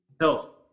Health